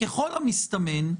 ככל המסתמן,